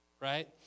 right